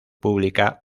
pública